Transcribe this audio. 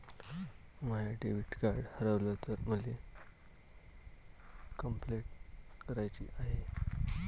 माय debit card हारवल तर मले कंपलेंट कराची हाय